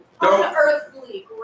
Unearthly